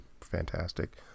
fantastic